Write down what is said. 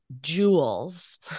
jewels